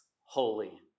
holy